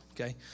Okay